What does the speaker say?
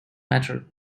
matter